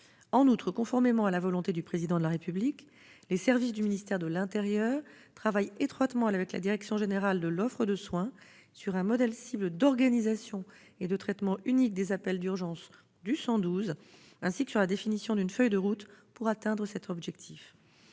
En outre, conformément à la volonté du Président de la République, les services du ministère de l'intérieur travaillent étroitement avec la Direction générale de l'offre de soins sur un modèle cible d'organisation et de traitement unique des appels d'urgence du 112, ainsi que sur la définition d'une feuille de route pour atteindre cet objectif.